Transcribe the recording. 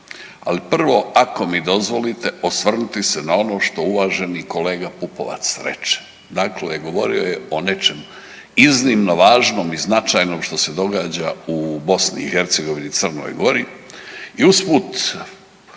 Ali prvo, ako mi dozvolite osvrnuti se na ono što uvaženi kolega Pupovac reče. Dakle, govorio o nečemu iznimno važnom i značajnom što se događa u BiH i Crnoj Gori